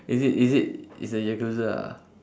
is it is it it's the yakuza ah